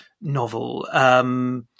novel –